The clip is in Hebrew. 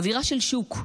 אווירה של שוק,